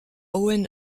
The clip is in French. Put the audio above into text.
owen